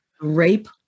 rape